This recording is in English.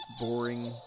boring